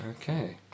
okay